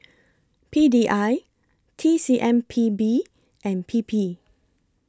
P D I T C M P B and P P